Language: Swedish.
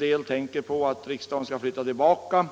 jag tänker på att riksdagen skall flytta tillbaka.